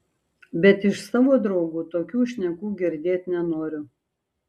bet iš savo draugų tokių šnekų girdėt nenoriu